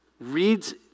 reads